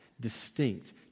distinct